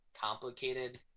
complicated